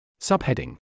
Subheading